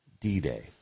D-Day